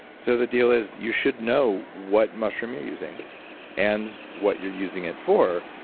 so the deal is you should know what mushroom you're using and what you're using it for,